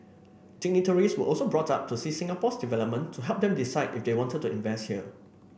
dignitaries were also brought up to see Singapore's development to help them decide if they wanted to invest here